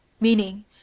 meaning